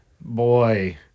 boy